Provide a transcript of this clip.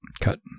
Cut